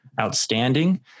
outstanding